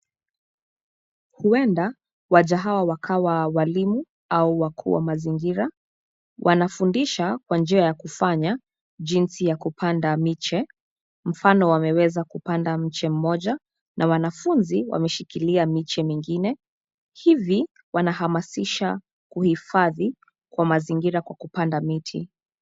Huenda waja hawa wakawa walimu au wakuu wa mazingira, wanafundisha kwa njia ya kufanya, jinsi ya kupanda miche, mfano wameweza kupanda mche mmoja na wanafunzi wameshikilia miche mingine, hivi wanahamasisha kuhifadhi kwa mazingira kwa kupanda miti.